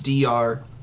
DR